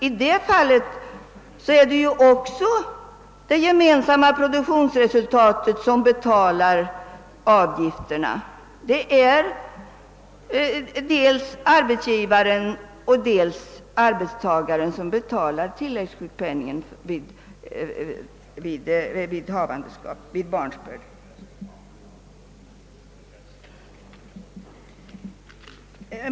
I det fallet är det också av det gemensamma produktionsresultatet som avgifterna betalas — det är dels arbetsgivaren dels arbetstagaren som betalar tilläggssjukpenningen vid barnsbörd.